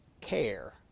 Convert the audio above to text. care